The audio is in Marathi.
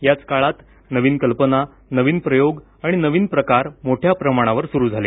याच काळात नवीन कल्पना नवीन प्रयोग आणि नवीन प्रकार मोठ्या प्रमाणावर सुरू झाले